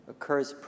occurs